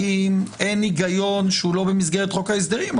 האם אין היגיון שהוא לא במסגרת חוק ההסדרים,